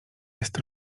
jest